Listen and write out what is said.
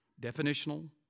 definitional